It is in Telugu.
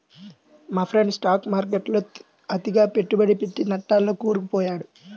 మా ఫ్రెండు స్టాక్ మార్కెట్టులో అతిగా పెట్టుబడి పెట్టి నట్టాల్లో కూరుకుపొయ్యాడు